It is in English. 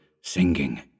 singing